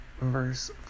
Verse